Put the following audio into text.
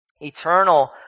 Eternal